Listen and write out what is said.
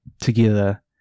together